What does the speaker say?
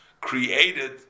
created